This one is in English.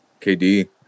KD